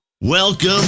Welcome